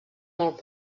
molt